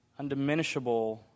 undiminishable